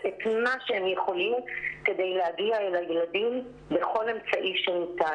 את מה שהם יכולים כדי להגיע אל הילדים בכל אמצעי שניתן.